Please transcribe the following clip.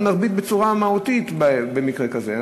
אנחנו נכביד בצורה מהותית במקרה כזה.